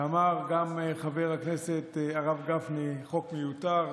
ואמר גם חבר הכנסת הרב גפני: חוק מיותר,